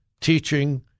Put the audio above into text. teaching